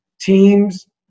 teams